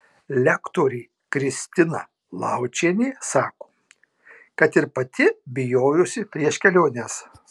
lektorė kristina laučienė sako kad ir pati bijojusi prieš keliones